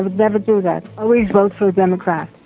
ah never do that. always vote for a democrat.